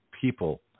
people